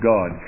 God